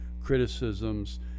criticisms